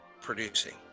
producing